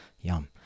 Yum